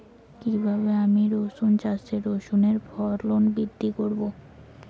কীভাবে আমি রসুন চাষে রসুনের ফলন বৃদ্ধি করব?